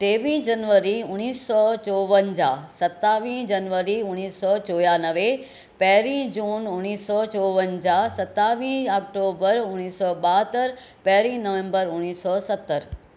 टेवीह जनवरी उणिवीह सौ चोवंजाह सतावीह जनवरी उणिवीह सौ चोयानवे पहिरीं जून उणिवीह सौ चोवंजाह सातवीह अक्टोबर उणिवीह सौ ॿाहतरि पहिरीं नवम्बर उणिवीह सौ सतरि